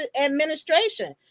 administration